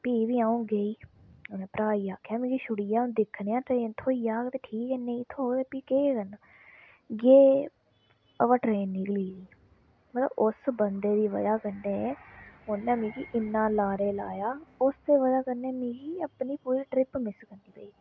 फ्ही बी आ'ऊं गेई अपने भ्राऽ गी आखेआ मिगी छुड़िया हून दिक्खने आं ट्रेन थ्होई जाह्ग ते ठीक ऐ नेईं थ्होई ते फ्ही केह् करना गे अवा ट्रेन निकली गेदी मतलब उस बंदे दी बजह कन्नै उन्नै मिकी इन्ना लारे लाया उसदे बजह कन्नै मिकी अपनी पूरी ट्रिप मिस करनी पेई